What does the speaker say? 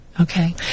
Okay